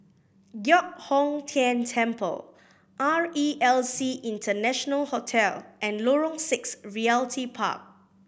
Giok Hong Tian Temple R E L C International Hotel and Lorong Six Realty Park